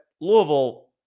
Louisville